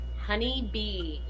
Honeybee